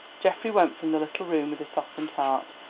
geoffrey went from the little room with a softened heart.